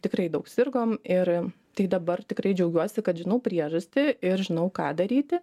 tikrai daug sirgom ir tai dabar tikrai džiaugiuosi kad žinau priežastį ir žinau ką daryti